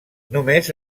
només